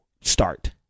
start